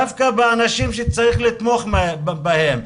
דווקא באנשים שצריך לתמוך בהם,